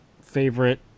favorite